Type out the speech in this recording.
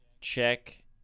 check